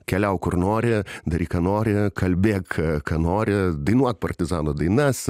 keliauk kur nori daryk ką nori kalbėk ką nori dainuok partizanų dainas